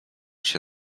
się